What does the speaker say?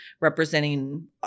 representing